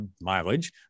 mileage